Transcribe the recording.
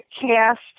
cast